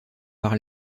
par